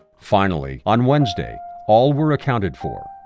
finally, on wednesday, all were accounted for,